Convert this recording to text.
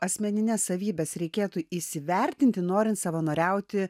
asmenines savybes reikėtų įsivertinti norint savanoriauti